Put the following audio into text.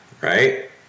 right